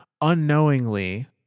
Unknowingly